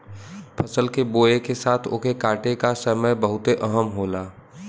फसल के बोए के साथ ओके काटे का समय बहुते अहम होला